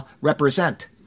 represent